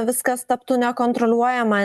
viskas taptų nekontroliuojama